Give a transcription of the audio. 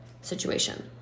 situation